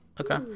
okay